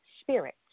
spirit